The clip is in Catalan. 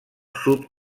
sud